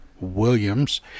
Williams